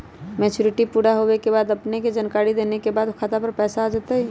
Maturity पुरा होवे के बाद अपने के जानकारी देने के बाद खाता पर पैसा आ जतई?